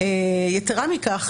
יתרה מכך,